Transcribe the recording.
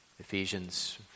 Ephesians